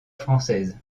française